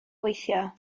gweithio